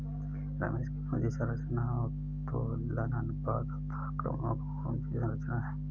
रमेश की पूंजी संरचना उत्तोलन अनुपात तथा आक्रामक पूंजी संरचना है